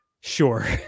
sure